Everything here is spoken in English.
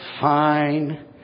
fine